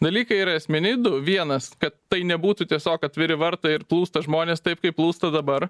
dalykai yra esminiai du vienas kad tai nebūtų tiesiog atviri vartai ir plūsta žmonės taip kaip plūsta dabar